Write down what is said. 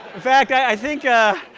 fact, i think